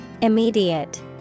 Immediate